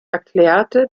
erklärte